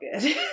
good